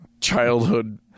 childhood